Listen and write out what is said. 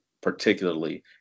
particularly